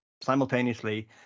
simultaneously